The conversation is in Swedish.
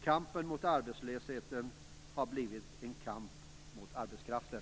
Kampen mot arbetslösheten har blivit en kamp mot arbetskraften.